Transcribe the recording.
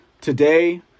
Today